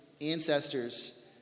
ancestors